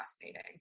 fascinating